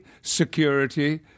security